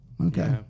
Okay